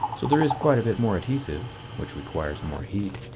so there is quite a bit more adhesive which requires more heat.